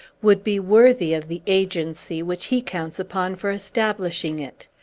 would be worthy of the agency which he counts upon for establishing it.